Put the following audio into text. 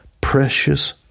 precious